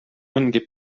ongi